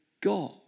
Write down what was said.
God